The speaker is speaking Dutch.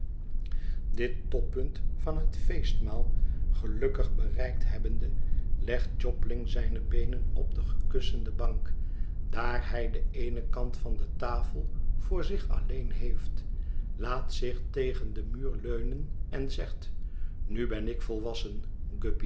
dit toppunt van het feestmaal gelukkig bereikt hebbende legt jobling zijne beenen op de gekussende bank daar hij den eenen kant van de tafel voor zich alleen heeft laat zich tegen den muur leunen en zegt nu ben ik volwassen